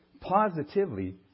positively